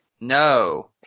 No